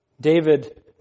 David